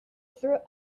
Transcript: through